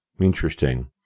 Interesting